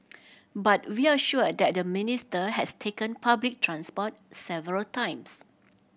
but we are sure that the Minister has taken public transport several times